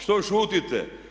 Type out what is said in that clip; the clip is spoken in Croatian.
Što šutite?